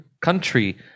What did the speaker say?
country